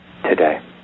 Today